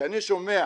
כשאני שומע